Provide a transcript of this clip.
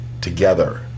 together